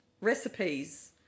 recipes